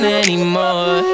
anymore